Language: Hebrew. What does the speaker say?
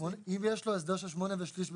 אם יש לו הסדר של 8 ושליש בפיצויים,